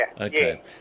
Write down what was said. Okay